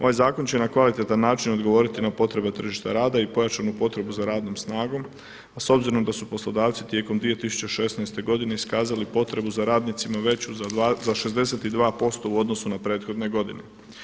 Ovaj zakon će na kvalitetan način odgovoriti na potrebe tržišta rada i pojačanu potrebu za radnom snagom a s obzirom da su poslodavci tijekom 2016. godine iskazali potrebu za radnicima veću za 62% u odnosu na prethodne godine.